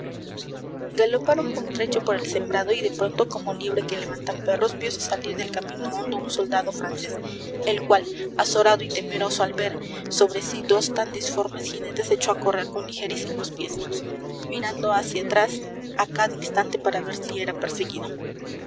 galoparon buen trecho por el sembrado y de pronto como liebre que levantan perros viose salir del camino hondo un soldado francés el cual azorado y temeroso al ver sobre sí dos tan disformes jinetes echó a correr con ligerísimos pies mirando hacia atrás a cada instante para ver si era perseguido